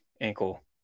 ankle